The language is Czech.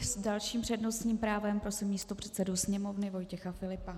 S dalším přednostním právem prosím místopředsedu Sněmovny Vojtěcha Filipa.